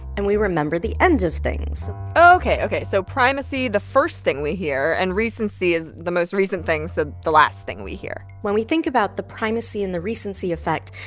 and we remember the end of things ok. ok. so primacy the first thing we hear. and recency is the most recent thing, so the last thing we hear when we think about the primacy and the recency effect,